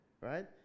right